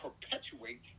perpetuate